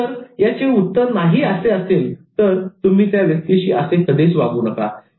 जर याचे उत्तर नाही असे असेल तर तुम्ही त्या व्यक्तीशी असे कधीच वागू शकत नाही